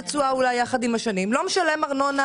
תשואה עם השנים ובינתיים לא משלם ארנונה,